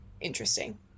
interesting